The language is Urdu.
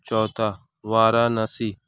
چوتھا وارانسی